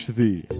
thee